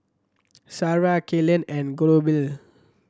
Sarrah Kaylen and Goebel